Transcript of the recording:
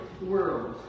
world